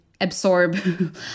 absorb